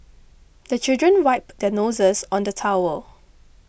the children wipe their noses on the towel